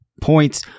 points